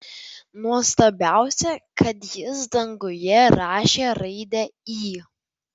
nuostabiausia kad jis danguje rašė raidę i